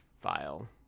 file